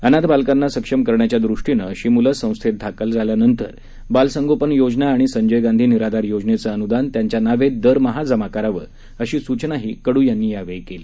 अनाथ बालकांना सक्षम करण्याच्यादष्टीनं अशी मुलं संस्थेत दाखल झाल्यानंतर बालसंगोपन योजना आणि संजय गांधी निराधार योजनेचं अनुदान त्यांच्या नावे दरमहा जमा करावं अशी सूचनाही कडू यांनी केलं